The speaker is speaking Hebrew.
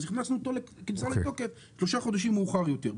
אז הכנסנו כניסה לתוקף שלושה חודשים מאוחר יותר.